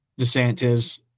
DeSantis